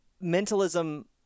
Mentalism